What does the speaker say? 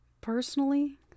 personally